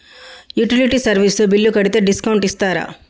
Utility service తో bill కడితే discount ఇస్తరా?